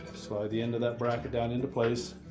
slide the end of that bracket down into place